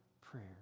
prayer